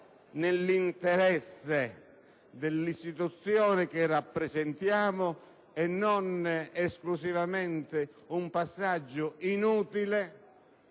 nell'interesse dell'istituzione che rappresentiamo e non esclusivamente un passaggio inutile